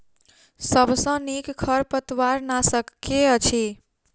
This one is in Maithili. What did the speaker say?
सबसँ नीक खरपतवार नाशक केँ अछि?